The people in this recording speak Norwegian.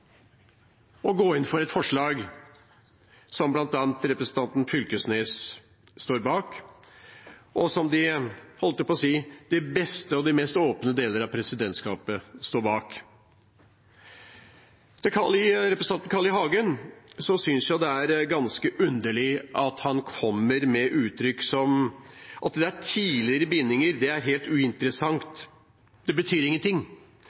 å gå inn for et forslag som bl.a. representanten Knag Fylkesnes står bak, og som de – jeg holdt på å si – beste og de mest åpne deler av presidentskapet står bak. Til representanten Carl I. Hagen: Jeg synes det er ganske underlig at han kommer med uttrykk som at tidligere bindinger er helt uinteressant og betyr ingen ting – det som betyr